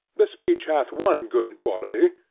the speech hath one good quality,